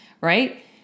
right